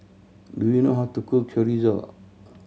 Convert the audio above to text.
do you know how to cook Chorizo